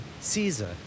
caesar